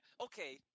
okay